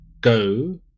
go